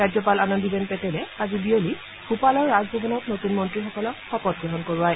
ৰাজ্যপাল আনন্দিবেন পেটেলে আজি বিয়লি ভূপালৰ ৰাজভৱনত নতূন মন্ত্ৰীসকলক শপতগ্ৰহণ কৰোৱায়